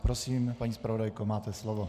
Prosím, paní zpravodajko, máte slovo.